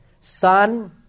Son